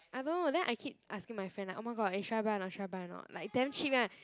I don't know then I keep asking my friend like oh my god eh should I buy not should I buy not like damn cheap eh